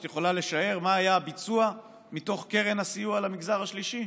את יכולה לשער מה היה הביצוע מתוך קרן הסיוע למגזר השלישי?